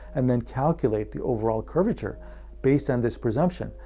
and then calculate the overall curvature based on this presumption,